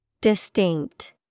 Distinct